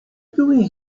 doing